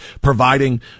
providing